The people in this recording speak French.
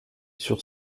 sur